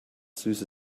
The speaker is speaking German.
süße